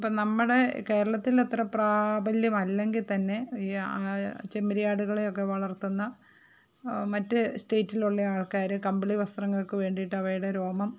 ഇപ്പം നമ്മുടെ കേരളത്തിൽ അത്ര പ്രാബല്യമല്ലെങ്കിൽ തന്നെ ഈ ചെമ്മരയാടുകളെയൊക്കെ വളർത്തുന്ന മറ്റ് സ്റ്റേറ്റിലുള്ള ആൾക്കാർ കമ്പിളി വസ്ത്രങ്ങൾക്കു വേണ്ടിയിട്ട് അവയുടെ രോമം